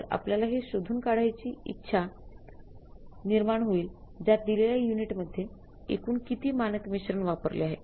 तर आपल्यला हे शोधून काढण्याची इच्छा निर्माण होईल ज्यात दिलेल्या युनिट मधेय एकूण किती मानक मिश्रण वापरले आहे